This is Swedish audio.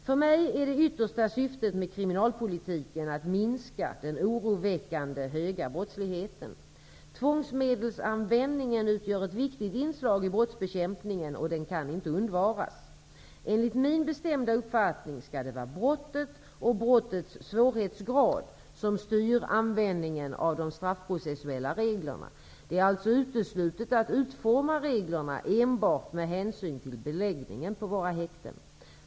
För mig är det yttersta syftet med kriminalpolitiken att minska den oroväckande höga brottsligheten. Tvångsmedelsanvändningen utgör ett viktigt inslag i brottsbekämpningen och den kan inte undvaras. Enligt min bestämda uppfattning skall det vara brottet och brottets svårhetsgrad som styr användningen av de straffprocessuella reglerna. Det är alltså uteslutet att utforma reglerna enbart med hänsyn till beläggningen på våra häkten.